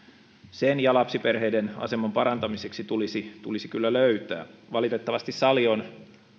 sen ja lapsiperheiden aseman parantamiseksi tulisi tulisi kyllä löytää valitettavasti sali on